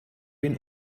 ihn